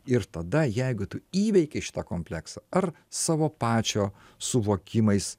ir tada jeigu tu įveikei šitą kompleksą ar savo pačio suvokimais